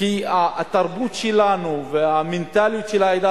כי התרבות שלנו והמנטליות של העדה